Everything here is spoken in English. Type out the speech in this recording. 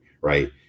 right